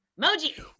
Emoji